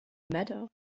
matter